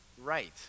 Right